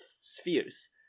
spheres